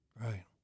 Right